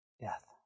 death